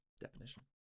definition